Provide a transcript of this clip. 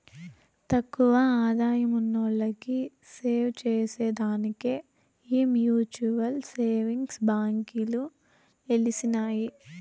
తక్కువ ఆదాయమున్నోల్లకి సేవచేసే దానికే ఈ మ్యూచువల్ సేవింగ్స్ బాంకీలు ఎలిసినాయి